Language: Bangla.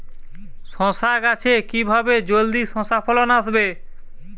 শশা গাছে কিভাবে জলদি শশা ফলন আসবে?